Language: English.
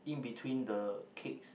in between the cakes